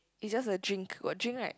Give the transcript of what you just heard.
it's just a drink got drink right